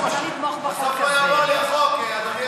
בסוף לא יהיה חוק, אדוני